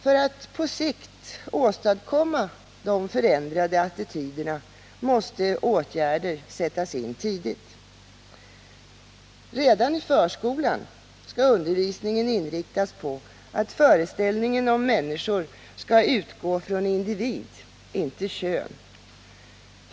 För att man på sikt skall kunna åstadkomma de förändrade attityderna måste åtgärder sättas in tidigt. Redan i förskolan skall undervisningen inriktas på att föreställningen om människorna skall utgå från individ, inte från kön.